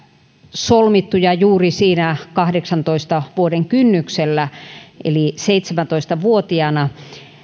solmittuja juuri siinä kahdeksantoista vuoden kynnyksellä eli seitsemäntoista vuotiaana